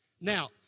Now